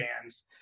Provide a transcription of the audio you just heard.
bands